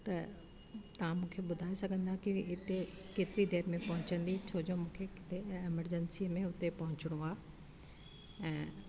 त तव्हां मूंखे ॿुधाइ सघंदा की उते केतिरी देर में पहुचंदी छो जो मूंखे किथे इमरजंसी में उते पहुचणो आहे ऐं